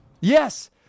Yes